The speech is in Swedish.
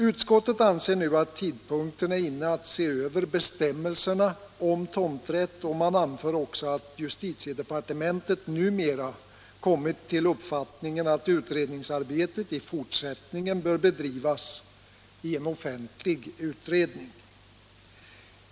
Utskottet anser nu att tidpunkten är inne att se över bestämmelserna om tomträtt, och man anför också att justitiedepartementet numera kommit till uppfattningen att utredningsarbetet i fortsättningen bör bedrivas i en offentlig utredning.